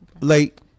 Late